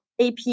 AP